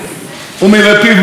הוא מילא פיו מים.